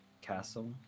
Castle